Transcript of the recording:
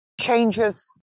changes